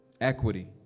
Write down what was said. equity